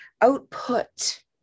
output